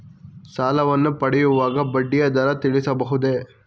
ಸಾಲವನ್ನು ಪಡೆಯುವಾಗ ಬಡ್ಡಿಯ ದರ ತಿಳಿಸಬಹುದೇ?